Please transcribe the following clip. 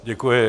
Děkuji.